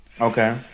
Okay